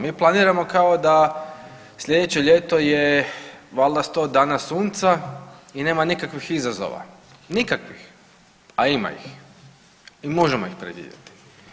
Mi planiramo kao da sljedeće ljeto je valjda sto dana sunca i nema nikakvih izazova, nikakvih a ima ih i možemo ih predvidjeti.